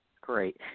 Great